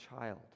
child